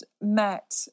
met